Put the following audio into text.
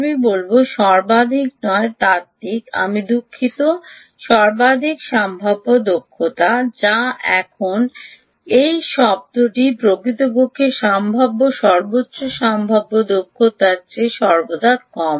আমি বলব সর্বাধিক নয় তাত্ত্বিক আমি দুঃখিত সর্বাধিক সম্ভাব্য দক্ষতা যা এখন এই শব্দটি প্রকৃতপক্ষে সম্ভাব্য সর্বোচ্চ সম্ভাব্য দক্ষতার চেয়ে সর্বদা কম